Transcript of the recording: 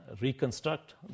reconstruct